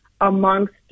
amongst